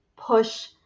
push